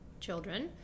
children